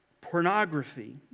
pornography